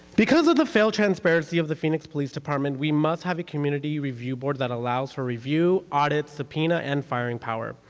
because of the failed transparency of the phoenix police department, we must have a community review board that allows for review, audits, subpoena and firing power.